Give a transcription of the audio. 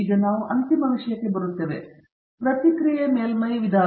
ಈಗ ನಾವು ಅಂತಿಮ ವಿಷಯಕ್ಕೆ ಬರುತ್ತೇವೆ ಪ್ರತಿಕ್ರಿಯೆ ಮೇಲ್ಮೈ ವಿಧಾನ